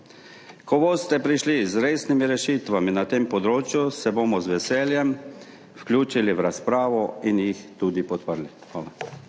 Ko boste prišli z resnimi rešitvami na tem področju, se bomo z veseljem vključili v razpravo in jih tudi podprli.